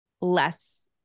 less